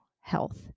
health